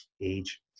age